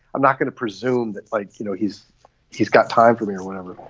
i'm not going to presume that, like, you know, he's he's got time for me or whatever.